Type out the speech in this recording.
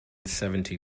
seventy